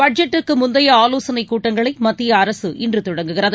பட்ஜெட்டுக்கு முந்தைய ஆலோசனைக் கூட்டங்களை மத்திய அரசு இன்று தொடங்குகிறது